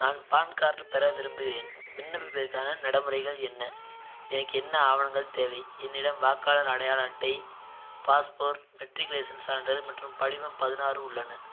நான் PAN card பெற விரும்புகிறேன் விண்ணப்பிப்பதற்கான நடமுறைகள் என்ன எனக்கு என்ன ஆவணங்கள் தேவை என்னிடம் வாக்காளர் அடையாள அட்டை பாஸ்போர்ட் மெட்ரிகுலேசன் சான்றிதழ் மற்றும் படிவம் பதினாறு உள்ளன